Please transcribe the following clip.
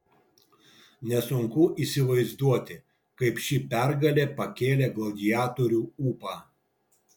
nesunku įsivaizduoti kaip ši pergalė pakėlė gladiatorių ūpą